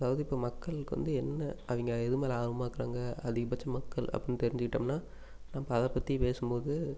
அதாவது இப்போ மக்களுக்கு வந்து என்ன அவங்க எது மேல் ஆர்வமாக இருக்கிறாங்க அதிகபட்ச மக்கள் அப்புடின் தெரிஞ்சிக்கிட்டோம்ன்னால் அப்போ அதைப் பற்றி பேசும்போது